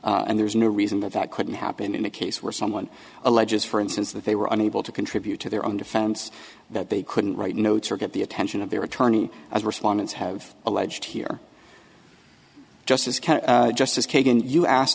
and there's no reason that that couldn't happen in a case where someone alleges for instance that they were unable to contribute to their own defense that they couldn't write notes or get the attention of their attorney as respondents have alleged here justice justice kagan you asked